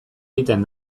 egiten